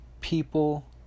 people